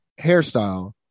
hairstyle